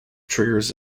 triggers